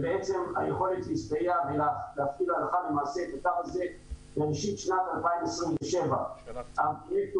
והיכולת להסתייע ולהפעיל הלכה למעשה את הקו הזה בראשית שנת 2027. זה